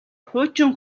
хуучин